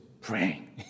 praying